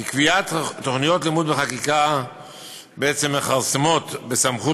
כי קביעת תוכניות לימוד בחקיקה בעצם מכרסמת בסמכות